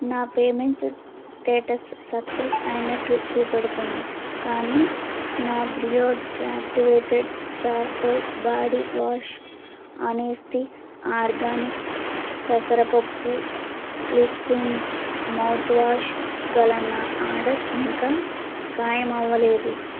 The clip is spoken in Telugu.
నా పేమెంట్ స్టేటస్ సక్సస్ అయినట్లు చూపెడుతుంది కానీ నా బ్రియోడ్ యాక్టీవేటేడ్ చార్కోల్ బాడీ వాష్ అనేస్తీ ఆర్గానిక్ పెసరపప్పు లిస్టింగ్స్ మౌత్వాష్ గల నా ఆర్డర్ ఇంకా కాయం అవ్వలేదు